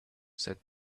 said